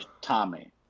Tommy